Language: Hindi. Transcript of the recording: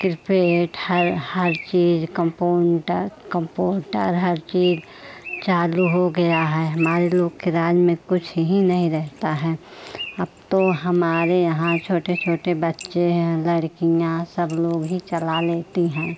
क्रिकेट हर हर चीज़ कम्पून्टर कम्पूटर हर चीज़ चालू हो गया है हमारे लोग के राज में कुछ ही नहीं रहता है अब तो हमारे यहाँ छोटे छोटे बच्चे हैं लड़कियाँ सब लोग ही चला लेते हैं